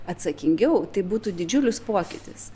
atsakingiau tai būtų didžiulis pokytis